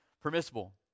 permissible